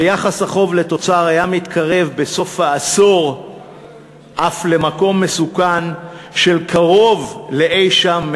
ויחס החוב לתוצר היה מתקרב בסוף העשור אף למקום מסוכן של קרוב לאי-שם,